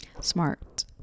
smart